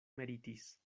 meritis